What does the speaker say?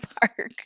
park